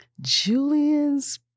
Julian's